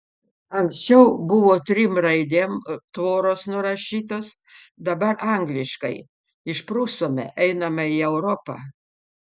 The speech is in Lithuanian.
anksčiau buvo trim raidėm tvoros nurašytos dabar angliškai išprusome einame į europą